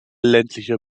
ländliche